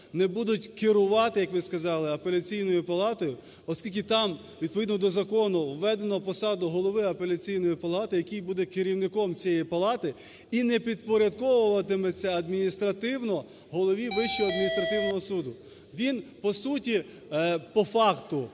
не будуть керувати, як ви сказали, Апеляційною палатою, оскільки там відповідно до закону введено посаду голову Апеляційної палати, який буде керівником цієї палати і не підпорядковуватиметься адміністративно голові Вищого адміністративного суду. Він по суті по факту